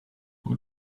who